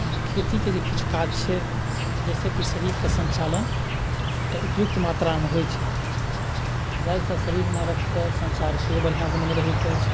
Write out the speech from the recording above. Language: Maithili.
आओर खेतीके जे किछु काज छै जइसेकि शरीरके सञ्चालन एकटा उपयुक्त मात्रामे होइ छै जाहिसँ शरीरमे रक्तके सञ्चार सेहो बढ़िआँ बनल रहैत अछि